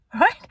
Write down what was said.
right